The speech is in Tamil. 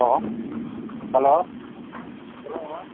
ஹலோ ஹலோ சொல்லுங்கம்மா